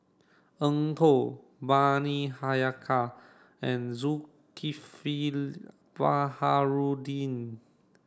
Eng Tow Bani Haykal and Zulkifli Baharudin